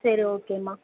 சரி ஓகேம்மா